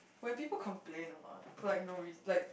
when people complain a lot for like no reason like